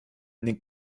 ning